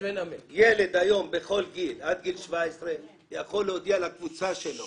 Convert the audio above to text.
ילד היום בכל גיל עד גיל 17 יכול להודיע לקבוצה שלו